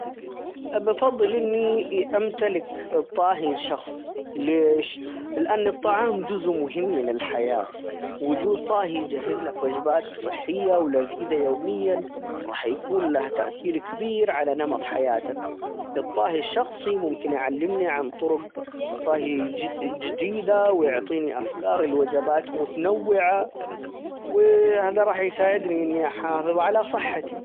أبا أُفَضِّل إني أمتلك الطاهي الشخصي، ليش؟ لأن الطعام جزء مهم من الحياة، وجود طاهي يجهز لك وجبات صحية ولذيذة يوميًا راح يكون لها تأثير كبير على نمط حياتك، الطاهي الشخصي يمكن يعَلِّمني عن طرق طهي جديدة ويعطيني أفكار لوجبات متنوعة، وهذا راح يساعدني إني أحافظ على صحتي.